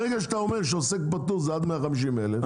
ברגע שאתה אומר שעוסק פטור זה עד 150 אלף,